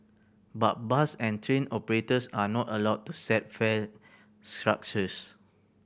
but bus and train operators are not allowed to set fare structures